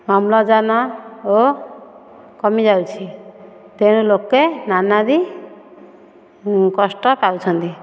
ଅମ୍ଳଜାନ ଓ କମି ଯାଉଛି ତେଣୁ ଲୋକେ ନାନାଦି କଷ୍ଟ ପାଉଛନ୍ତି